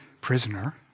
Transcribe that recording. prisoner